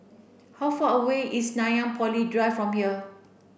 how far away is Nanyang Poly Drive from here